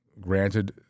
granted